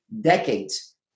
decades